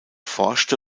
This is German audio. forschte